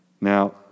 Now